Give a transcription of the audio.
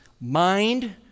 mind